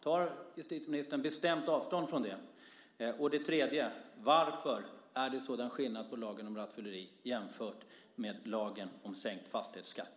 Tar justitieministern bestämt avstånd från det? Varför är det sådan skillnad på lagen om rattfylleri och lagen om sänkt fastighetsskatt?